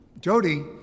Jody